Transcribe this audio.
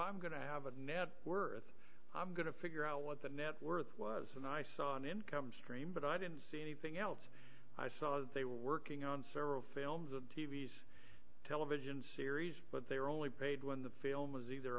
i'm going to have a net worth i'm going to figure out what the net worth was and i saw an income stream but i didn't see anything else i saw that they were working on several films of t v s television series but they were only paid when the film was either